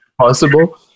possible